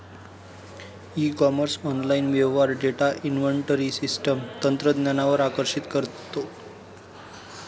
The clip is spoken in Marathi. ई कॉमर्स ऑनलाइन व्यवहार डेटा इन्व्हेंटरी सिस्टम तंत्रज्ञानावर आकर्षित करतो